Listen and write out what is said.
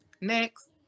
next